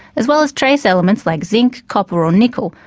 as well as trace elements like zinc, copper or nickel,